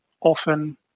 Often